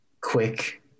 quick